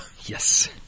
Yes